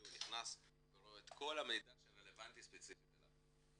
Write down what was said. הוא נכנס ורואה את כל המידע שרלבנטי ספציפית אליו.